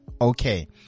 okay